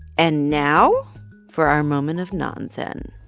and now for our moment of non-zen